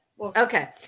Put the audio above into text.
okay